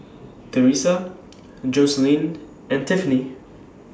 Teresa Joseline and Tiffany